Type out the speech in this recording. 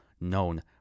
known